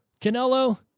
Canelo